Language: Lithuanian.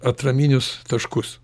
atraminius taškus